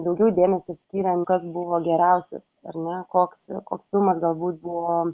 daugiau dėmesio skyrė kas buvo geriausias ar ne koks koks filmas galbūt buvo